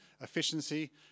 efficiency